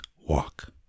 walk